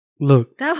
Look